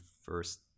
first